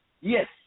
Yes